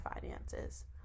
finances